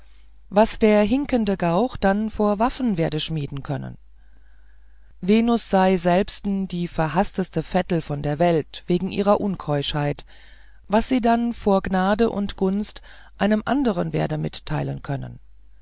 was der hinkende gauch dann vor waffen werde schmieden können venus sei selbsten die verhaßteste vettel von der welt wegen ihrer unkeuschheit was sie dann vor gnade und gunst einem andern werde mitteilen können